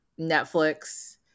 Netflix